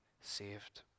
saved